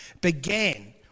began